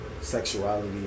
sexuality